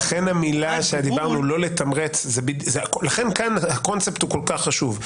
לכן הקונספט כאן הוא כל כך חשוב.